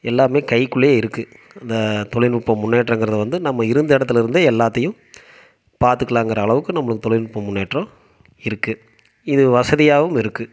எல்லாம் கைக்குள்ளேயே இருக்குது இந்த தொழில்நுட்ப முன்னேற்றம்ங்கிறது வந்து நம்ம இருந்த இடத்துலருந்தே எல்லாத்தையும் பாத்துக்கலாம்ங்குற அளவுக்கு நம்மளுக்கு தொழில் நுட்ப முன்னேற்றம் இருக்குது இது வசதியாகவும் இருக்குது